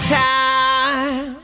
time